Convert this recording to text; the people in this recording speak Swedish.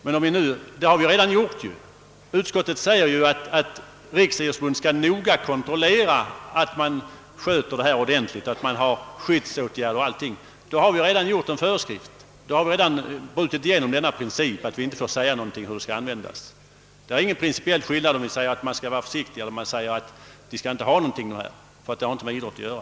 Men det har ju redan skett genom utskottets uttalande att Riksidrottsförbundet noggrant skall kontrollera att boxningen sköts ordentligt och att skyddsåtgärder vidtages. Därmed har vi gjort en föreskrift och brutit principen att riksdagen ingenting bör säga om pengarnas användning. Det finns ingen principiell skillnad, om man säger att saken skall skötas försiktigt eller om man säger: »Boxningsförbundet skall ingenting ha av dessa medel, ty boxning har inte med idrott att göra.»